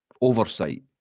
oversight